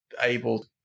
able